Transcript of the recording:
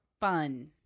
fun